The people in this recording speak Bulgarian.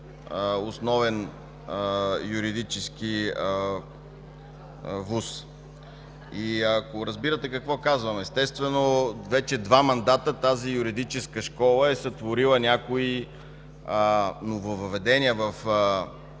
основен юридически ВУЗ. Ако разбирате какво казвам, естествено, вече два мандата тази юридическа школа е сътворила някои нововъведения в